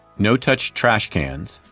no-touch trashcans,